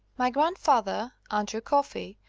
my grandfather, andrew coffey,